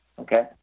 Okay